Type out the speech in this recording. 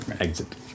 exit